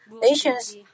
nation's